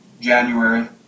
January